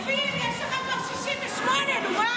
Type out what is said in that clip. יש לך כבר 68, נו,